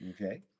Okay